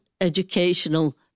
educational